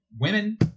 women